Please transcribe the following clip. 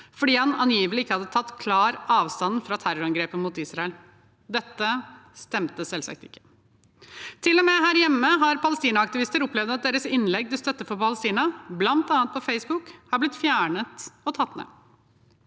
fordi han angivelig ikke hadde tatt klar avstand fra terrorangrepet mot Israel. Dette stemte selvsagt ikke. Til og med her hjemme har palestinaaktivister opplevd at deres innlegg til støtte for Palestina, bl.a. på Facebook, er blitt fjernet og tatt ned.